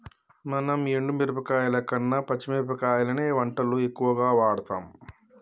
మనం ఎండు మిరపకాయల కన్న పచ్చి మిరపకాయలనే వంటల్లో ఎక్కువుగా వాడుతాం